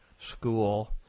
school